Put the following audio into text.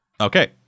Okay